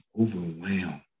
overwhelmed